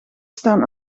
staan